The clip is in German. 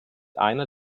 einer